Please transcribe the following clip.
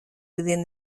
within